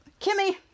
Kimmy